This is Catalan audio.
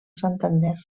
santander